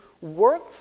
work